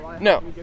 No